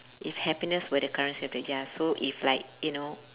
if happiness were the currency of the ya so if like you know